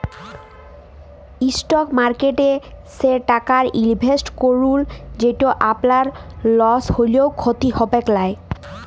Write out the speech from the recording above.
stock মার্কেটে সে টাকাট ইলভেসেট করুল যেট আপলার লস হ্যলেও খ্যতি হবেক লায়